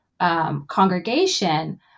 congregation